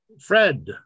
Fred